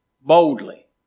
boldly